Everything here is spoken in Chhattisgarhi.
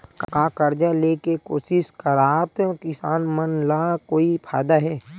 का कर्जा ले के कोशिश करात किसान मन ला कोई फायदा हे?